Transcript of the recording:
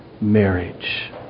Marriage